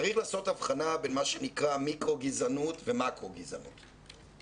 צריך לעשות הבחנה בין מה שנקרא מיקרו גזענות ומקרו גזענות.